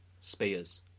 Spears